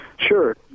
Sure